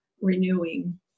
renewing